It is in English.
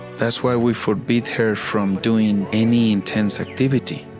that's why we forbid her from doing any intense activity.